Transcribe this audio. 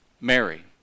Mary